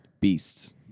beasts